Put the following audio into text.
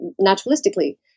naturalistically